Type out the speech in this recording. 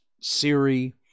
Siri